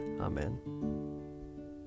Amen